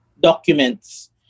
documents